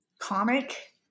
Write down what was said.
comic